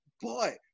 boy